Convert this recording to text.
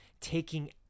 Taking